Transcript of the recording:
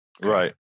Right